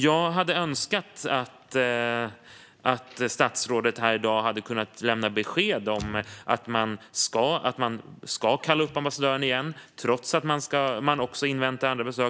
Jag hade önskat att statsrådet här i dag hade kunnat lämna besked om att man ska kalla upp ambassadören igen, trots att man inväntar andra besök.